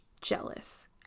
jealous